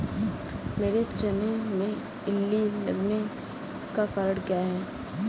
मेरे चने में इल्ली लगने का कारण क्या है?